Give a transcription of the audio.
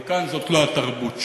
אבל כאן זאת לא התרבות שלנו.